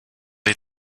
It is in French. les